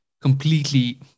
completely